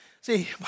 See